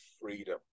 freedom